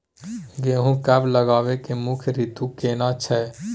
गेहूं कब लगाबै के मुख्य रीतु केना छै?